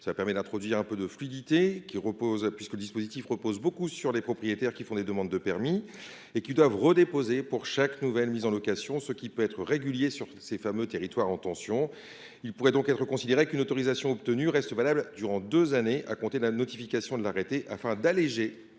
de location. En effet, le dispositif repose beaucoup sur les propriétaires qui font les demandes de permis et qui doivent redéposer une demande pour chaque nouvelle mise en location, ce qui peut être régulier sur les territoires en tension. Il pourrait donc être considéré qu’une autorisation obtenue reste valable durant deux années à compter de la notification de l’arrêté, afin d’alléger